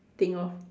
think of